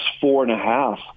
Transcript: four-and-a-half